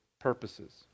purposes